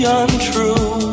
untrue